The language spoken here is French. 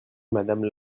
madame